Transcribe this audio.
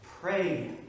Pray